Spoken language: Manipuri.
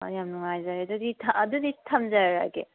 ꯌꯥꯝ ꯅꯨꯡꯉꯥꯏꯖꯔꯦ ꯑꯗꯨꯗꯤ ꯊꯝꯖꯔꯒꯦ